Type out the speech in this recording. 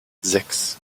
sechs